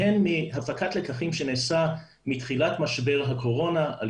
והן מהפקת לקחים שנעשה מתחילת משבר הקורונה על